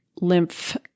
lymph